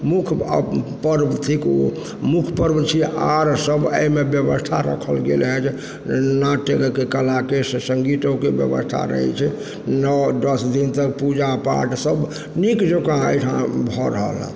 मुख्य पर्व थिक ओ मुख्य पर्व यऽ आओर सब एहिमे व्यवस्था राखल गेलहँ जे नाट्यकलाके तऽ सङ्गीतोके व्यवस्था रहै छै नओ दस दिन तक पूजा पाठ सब नीक जकाँ एहिठाम भऽ रहल यऽ